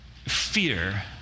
Fear